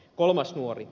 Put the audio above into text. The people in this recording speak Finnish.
kolmas nuori